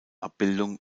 abbildung